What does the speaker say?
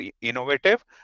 innovative